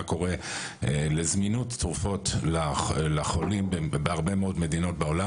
קורה לזמינות תרופות לחולים בהרבה מאוד מדינות בעולם.